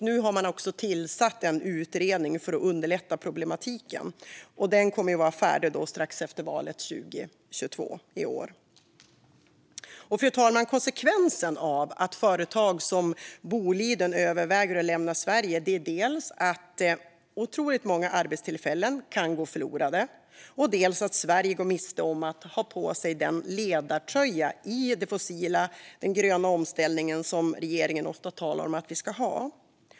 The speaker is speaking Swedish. Nu har man också tillsatt en utredning för att underlätta problematiken. Den kommer att vara färdig strax efter valet i år, 2022. Fru talman! Konsekvensen av att företag som Boliden överväger att lämna Sverige är dels att otroligt många arbetstillfällen kan gå förlorade, dels att Sverige går miste om att ha på sig den ledartröja i den fossilfria, gröna omställningen som regeringen ofta talar om att vi ska ha.